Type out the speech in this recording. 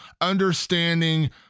understanding